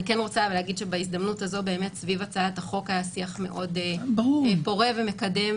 אני רוצה להגיד שבהזדמנות הזו סביב הצעת החוק היה שיח מאוד פורה ומקדם